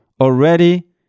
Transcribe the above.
already